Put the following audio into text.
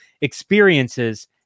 experiences